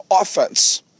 offense